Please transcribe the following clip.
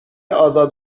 آزاد